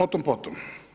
O tom potom.